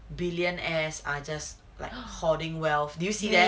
billionaires are just like a hoarding wealth do you see that